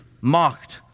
mocked